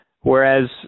whereas